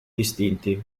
distinti